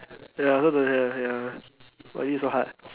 ya I also don't have ya why is it so hard